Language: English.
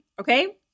okay